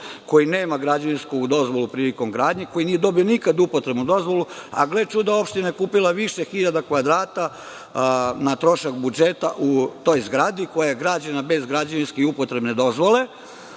koji nema građevinsku dozvolu prilikom gradnje, koji nije dobio nikad upotrebnu dozvolu, a gle čuda, opština je kupila više hiljada kvadrata na trošak budžeta u toj zgradi koja je građena bez građevinske i upotrebne dozvole. Gle